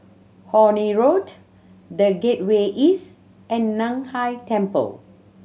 Horne Road The Gateway East and Nan Hai Temple